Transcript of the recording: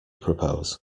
propose